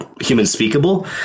human-speakable